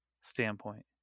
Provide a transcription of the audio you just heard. standpoint